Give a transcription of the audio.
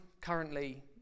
currently